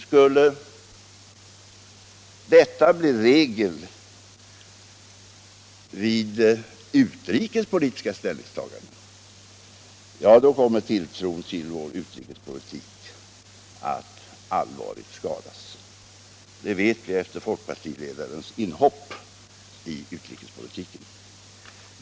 Skulle detta bli regel vid utrikespolitiska ställningstaganden, ja då kommer tilltron vår utrikespolitik att allvarligt skadas — det vet vi efter folkpartiledarens inhopp i utrikespolitiken.